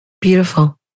Beautiful